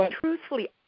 Truthfully